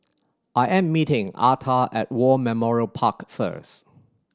I am meeting Arta at War Memorial Park first